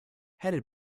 headed